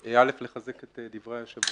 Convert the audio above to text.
אל"ף, אני רוצה לחזק את דברי היושב-ראש